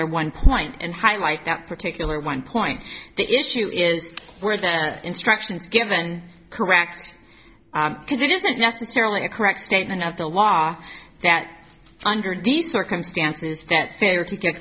their one point and highlight that particular one point the issue is were the instructions given correct because it isn't necessarily a correct statement of the law that under these circumstances that failure to